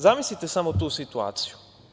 Zamislite samo tu situaciju.